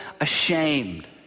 ashamed